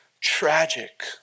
tragic